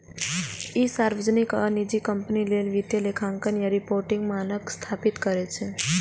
ई सार्वजनिक आ निजी कंपनी लेल वित्तीय लेखांकन आ रिपोर्टिंग मानक स्थापित करै छै